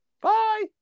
bye